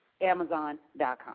Amazon.com